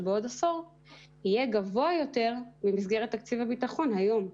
בעוד עשור יהיה גבוה יותר ממסגרת תקציב הביטחון היום,